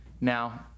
Now